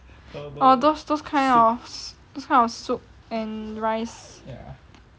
orh those those kind of those kind of soup and rice